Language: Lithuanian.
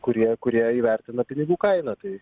kurie kurie įvertina pinigų kainą tai